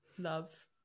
love